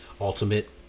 Ultimate